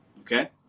okay